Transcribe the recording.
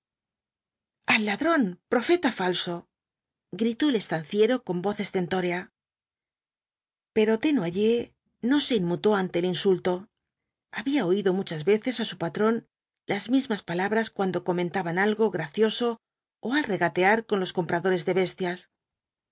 ah ladrón profeta falso gritó el estanciero con voz estentórea pero desnoyers no se inmutó ante el insulto había oído muchas veces á su patrón las mismas palabras cuando comentaba algo gracioso ó al regatear con los compradores de bestias